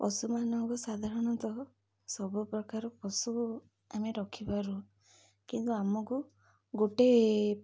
ପଶୁମାନଙ୍କୁ ସାଧାରଣତଃ ସବୁପ୍ରକାର ପଶୁ ଆମେ ରଖିପାରୁ କିନ୍ତୁ ଆମକୁ ଗୋଟେ